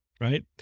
right